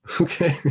Okay